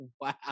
Wow